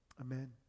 Amen